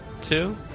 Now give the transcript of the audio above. two